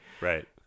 Right